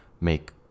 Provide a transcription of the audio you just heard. make